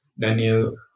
Daniel